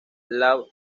lao